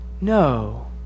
No